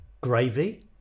gravy